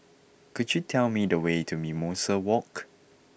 could you tell me the way to Mimosa Walk